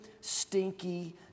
stinky